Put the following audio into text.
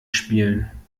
spielen